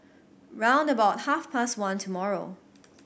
round about half past one tomorrow